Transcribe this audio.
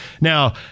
now